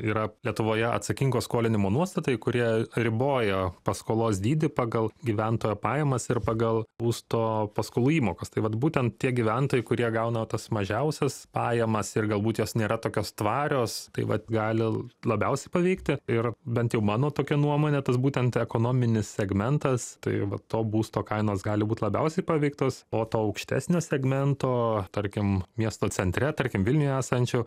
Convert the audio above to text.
yra lietuvoje atsakingo skolinimo nuostatai kurie riboja paskolos dydį pagal gyventojo pajamas ir pagal būsto paskolų įmokas tai vat būtent tie gyventojai kurie gauna tas mažiausias pajamas ir galbūt jos nėra tokios tvarios tai vat gali labiausiai paveikti ir bent jau mano tokia nuomone tas būtent ekonominis segmentas tai va to būsto kainos gali būt labiausiai paveiktos o to aukštesnio segmento tarkim miesto centre tarkim vilniuje esančio